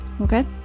Okay